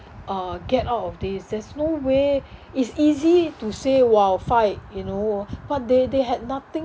uh get out of this there's no way it's easy to say !wow! fight you know but they they had nothing